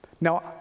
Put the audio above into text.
Now